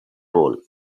poll